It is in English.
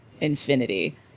Infinity